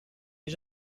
est